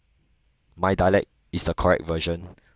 my dialect is the correct version